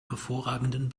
hervorragenden